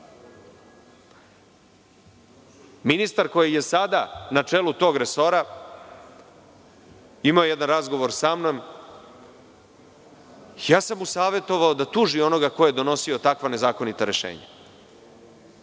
Ministar koji je sada na čelu tog resora, imao je jedan razgovor samnom, savetovao sam mu da tuži onoga ko je donosio takva nezakonita rešenja,